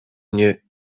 mnie